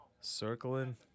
Circling